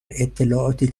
اطلاعاتی